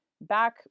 back